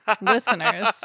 listeners